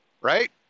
Right